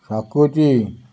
omelet